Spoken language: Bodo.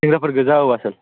सेंग्राफोर गोजा औ आसोल